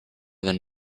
than